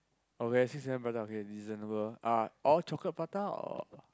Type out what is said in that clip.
okay six prata okay reasonable uh all chocolate prata or